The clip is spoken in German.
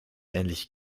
ähnlich